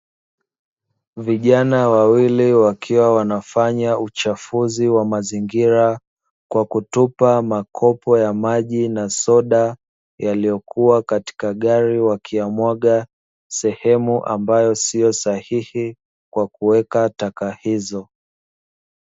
Vijana wawili wakiwa wanafanya uchafuzi wa mazingira, kwa kutupa makopo ya maji na soda yaliyokuwa katika gari, wakiyamwaga sehemu ambayo sio sahihi kwakuweka taka hizo.